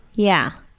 yeah.